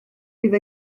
fydd